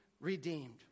redeemed